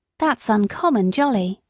that's uncommon jolly,